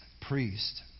priest